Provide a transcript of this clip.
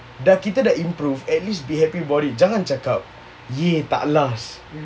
dah kita dah improve at least be happy about it jangan cakap !yay! tak last